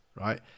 right